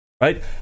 Right